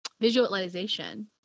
visualization